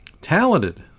talented